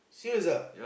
serious ah